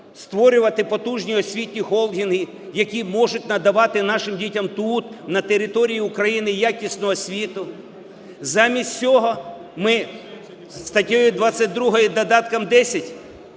створювати потужні освітні холдинги, які можуть надавати нашим дітям тут на території України якісну освіту. Замість цього ми статтею 22, додатком 10,